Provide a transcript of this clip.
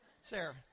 Sarah